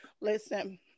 listen